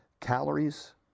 Calories